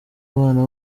abana